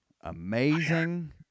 amazing